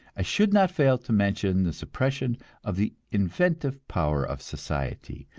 i should not fail to mention the suppression of the inventive power of society,